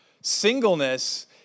singleness